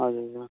हजुर हजुर